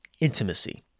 intimacy